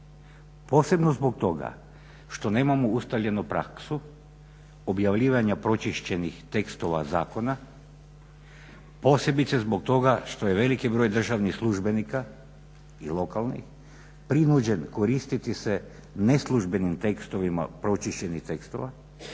posebno zbog toga što nemamo ustaljenu praksu objavljivanja pročišćenih tekstova zakona, posebice zbog toga što je veliki broj državnih službenika i lokalnih prinuđen koristiti se neslužbenim tekstovima pročišćenih tekstova